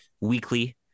weekly